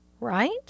Right